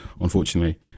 unfortunately